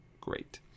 great